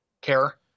care